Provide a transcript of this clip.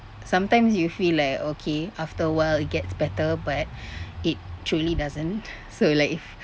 sometimes you feel like okay after a while it gets better but it surely doesn't so like if